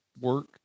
work